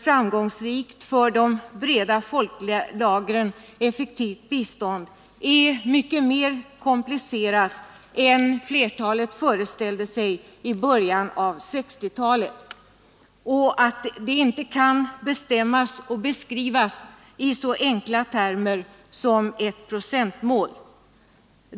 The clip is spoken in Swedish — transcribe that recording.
framgångsrikt och för de breda folklagren effektivt bistånd är mycket mer komplicerat än flertalet föreställde sig i början av 1960-talet och att det inte kan bestämmas och beskrivas i så enkla termer som ett procentmål.